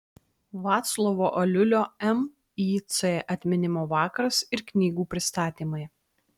vaclovo aliulio mic atminimo vakaras ir knygų pristatymai